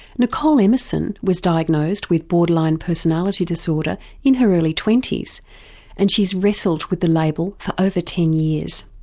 nicole emerson was diagnosed with borderline personality disorder in her early twenty s and she's wrestled with the label for over ten years.